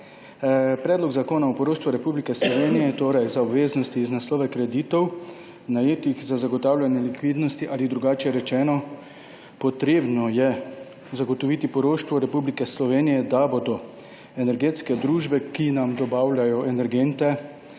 Predlog zakona o poroštvu Republike Slovenije za obveznosti iz naslova kreditov, najetih za zagotavljanje likvidnosti, ali drugače rečeno, treba je zagotoviti poroštvo Republike Slovenije, da bodo energetske družbe, ki nam dobavljajo energente,